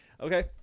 okay